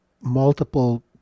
multiple